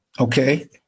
okay